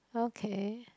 okay